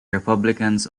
republicans